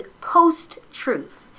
post-truth